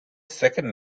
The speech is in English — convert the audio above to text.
second